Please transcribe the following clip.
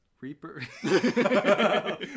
Reaper